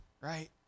right